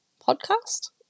podcast